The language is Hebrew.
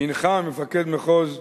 הנחה מפקד מחוז ש"י,